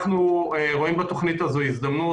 אנחנו רואים בתכנית הזאת הזדמנות.